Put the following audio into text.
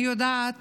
אני יודעת